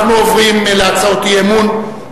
אנחנו עוברים להצעות אי-אמון,